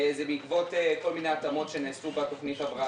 זה בעקבות כל מיני התאמות שנעשו בתכנית ההבראה.